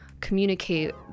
communicate